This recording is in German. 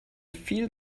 viel